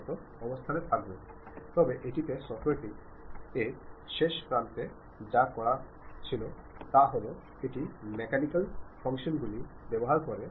ഇപ്പോൾ നിങ്ങൾ ഒരു ഓർഗനൈസേഷനിൽ പ്രവർത്തിക്കാൻ പോകുന്നുവെങ്കിൽ ഓർഗനൈസേഷണൽ കമ്മ്യൂണിക്കേഷൻ സാധാരണ കാഷ്വൽ ആശയവിനിമയങ്ങളിൽ നിന്നും തികച്ചും വ്യത്യസ്തമായിരിക്കും